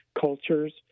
cultures